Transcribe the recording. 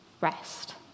rest